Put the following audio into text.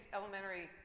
elementary